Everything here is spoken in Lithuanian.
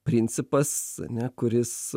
principas ne kuris